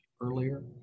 earlier